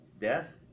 death